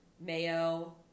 mayo